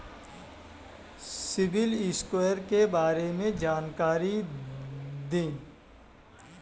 CIBIL score के बारे में जानकारी दें?